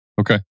Okay